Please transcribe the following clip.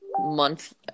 month